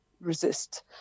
resist